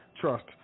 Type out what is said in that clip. Trust